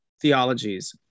theologies